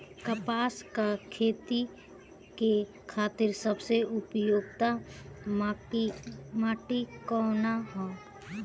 कपास क खेती के खातिर सबसे उपयुक्त माटी कवन ह?